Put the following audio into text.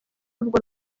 urwo